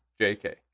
JK